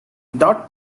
dot